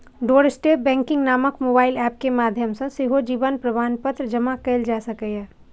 doorstep banking नामक mobile app के माध्यम सं सेहो जीवन प्रमाणपत्र जमा कैल जा सकैए